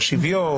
לא שוויון,